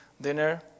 dinner